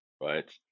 right